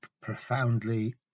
profoundly